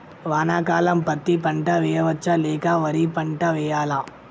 వానాకాలం పత్తి పంట వేయవచ్చ లేక వరి పంట వేయాలా?